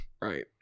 Right